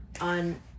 on